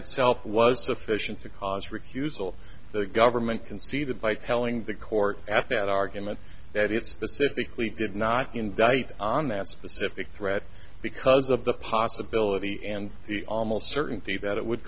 itself was sufficient to cause recusal the government conceded by telling the court after that argument that it's the civically did not indict on that specific threat because of the possibility and the almost certainty that it would